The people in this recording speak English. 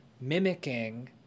mimicking